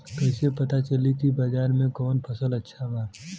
कैसे पता चली की बाजार में कवन फसल अच्छा बा?